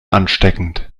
ansteckend